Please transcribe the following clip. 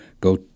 go